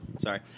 Sorry